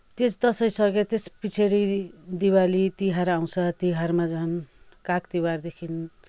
त्यस दसैँ सके त्यस पछाडि दिवाली तिहार आउँछ तिहारमा झन् काग तिहारदेखि